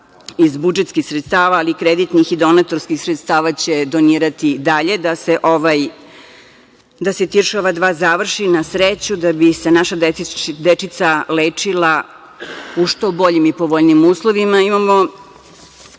iz budžetskih sredstava, ali i kreditnih i donatorskih sredstava će donirati dalje da se „Tiršova 2“ završi, na sreću, da bi se naša dečica lečila u što boljim i povoljnijim uslovima. Imamo